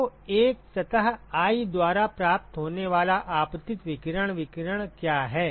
तो एक सतह i द्वारा प्राप्त होने वाला आपतित विकिरण विकिरण क्या है